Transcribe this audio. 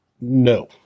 no